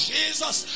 Jesus